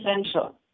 essential